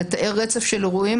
לתאר רצף של אירועים,